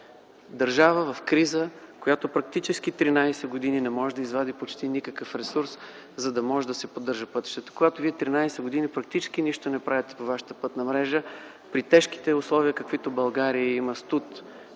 Държава в криза, която практически 13 години не може да извади почти никакъв ресурс, за да може да си поддържа пътищата. Когато вие 13 години фактически нищо не правите за вашата пътна мрежа при тежките условия, които в България има – студ